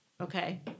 Okay